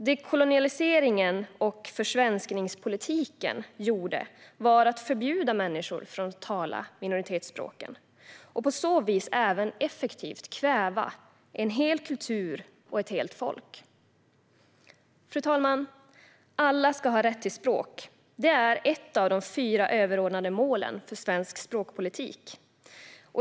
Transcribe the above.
Det kolonialiseringen och försvenskningspolitiken gjorde var att förbjuda människor att tala minoritetsspråken och på så vis även effektivt kväva hela kulturer och hela folk. Fru talman! Alla ska ha rätt till språk. Det är ett av de fyra överordnade målen för svensk språkpolitik.